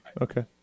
Okay